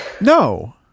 No